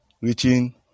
reaching